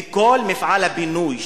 וכל מפעל הבינוי,